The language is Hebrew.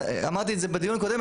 אמרתי את זה בדיון הקודם,